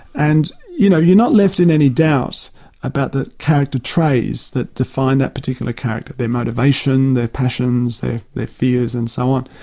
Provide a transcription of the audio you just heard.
and you know you're not left in any doubt about the character traits that define that particular character, their motivation, their passions, their fears and so on.